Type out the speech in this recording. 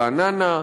רעננה.